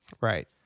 Right